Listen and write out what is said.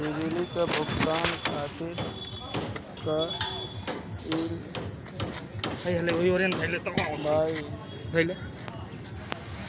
बिजली के भुगतान खातिर का कइल जाइ?